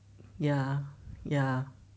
ya ya